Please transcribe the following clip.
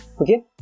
okay